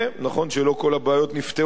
נכון שלא כל הבעיות נפתרו.